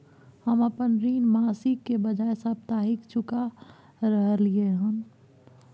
हम अपन ऋण मासिक के बजाय साप्ताहिक चुका रहलियै हन